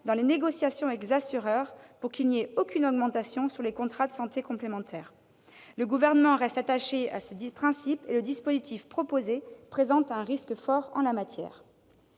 cours des négociations avec les assureurs, à ce qu'il n'y ait aucune augmentation des tarifs des contrats d'assurance complémentaire santé. Le Gouvernement reste attaché à ce principe, et le dispositif proposé présente un risque fort en la matière.